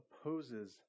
opposes